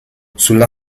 sulla